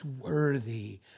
worthy